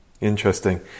Interesting